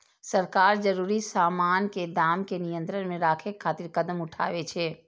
सरकार जरूरी सामान के दाम कें नियंत्रण मे राखै खातिर कदम उठाबै छै